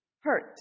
hurt